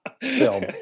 film